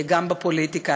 גם בפוליטיקה.